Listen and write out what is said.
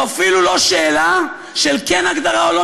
זו אפילו לא שאלה של כן הגדרה או לא,